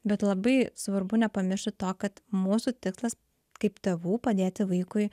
bet labai svarbu nepamiršti to kad mūsų tikslas kaip tėvų padėti vaikui